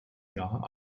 jahr